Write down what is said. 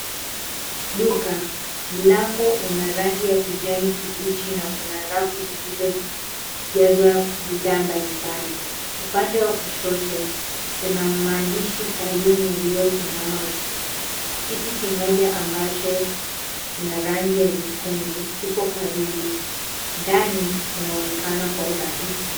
Duka mlango una rangi ya kijani kibichi na kuna rafu zilizojazwa bidhaa mbalimbali. Upande wa kushoto kuna maandishi saluni yaliyosimama wima. Kiti kimoja ambacho kina rangi ya nyekundu kipo karibu. Ndani kunaonekana kwa urahisi.